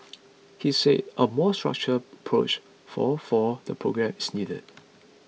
he said a more structured approach for for the programme is needed